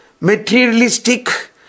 materialistic